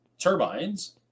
turbines